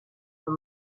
for